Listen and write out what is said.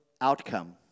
outcome